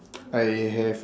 I have